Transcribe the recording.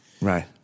Right